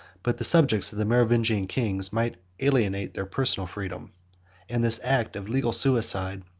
but the subjects of the merovingian kings might alienate their personal freedom and this act of legal suicide,